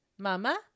Mama